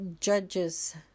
judges